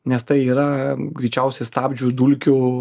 nes tai yra greičiausiai stabdžių dulkių